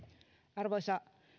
arvoisa